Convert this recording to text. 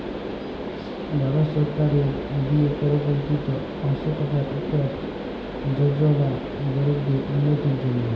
ভারত সরকারের দিয়ে পরকল্পিত পাঁচশ টাকার ইকট যজলা গরিবদের উল্লতির জ্যনহে